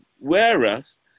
Whereas